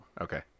Okay